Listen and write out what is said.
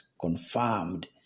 confirmed